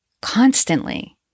constantly